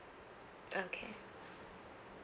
okay